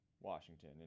Washington